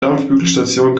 dampfbügelstation